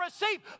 receive